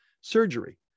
surgery